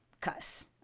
cuss